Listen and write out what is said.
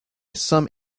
some